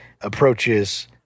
approaches